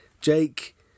Jake